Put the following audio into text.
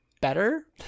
better